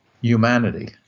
humanity